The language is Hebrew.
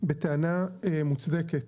בטענה מוצדקת